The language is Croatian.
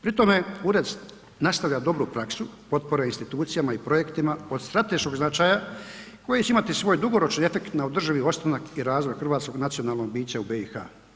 Pri tome ured nastavlja dobru praksu potpora institucijama i projektima od strateškog značaja koji će imati svoj dugoročni efekt na održivi ostanak i razvoj hrvatskog nacionalnog bića u BiH.